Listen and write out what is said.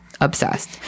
Obsessed